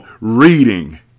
reading